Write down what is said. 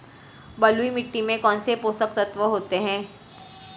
बलुई मिट्टी में कौनसे पोषक तत्व होते हैं?